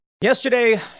Yesterday